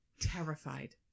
terrified